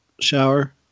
shower